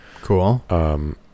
Cool